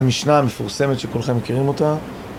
המשנה המפורסמת, שכולכם מכירים אותה...